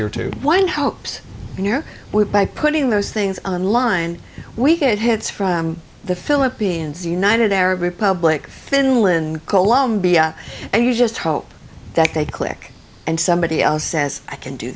here too one hopes here we by putting those things on line we get hits from the philippines united arab republic finland colombia and you just hope that they click and somebody else says i can do